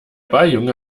balljunge